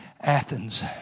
Athens